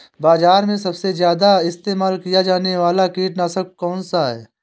बाज़ार में सबसे ज़्यादा इस्तेमाल किया जाने वाला कीटनाशक कौनसा है?